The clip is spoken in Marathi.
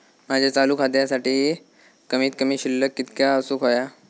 माझ्या चालू खात्यासाठी कमित कमी शिल्लक कितक्या असूक होया?